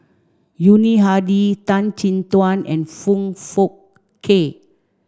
Yuni Hadi Tan Chin Tuan and Foong Fook Kay